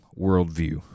worldview